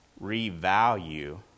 revalue